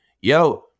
yo